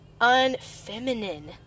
unfeminine